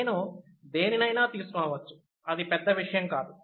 నేను దేనినైనా తీసుకొనవచ్చు అది పెద్ద విషయం కాదు